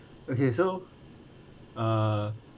okay so uh